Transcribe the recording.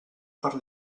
per